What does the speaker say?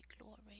glory